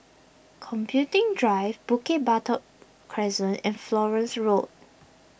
Computing Drive Bukit Batok Crescent and Florence Road